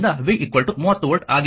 ಆದ್ದರಿಂದ v 30 volt ಆಗಿರುತ್ತದೆ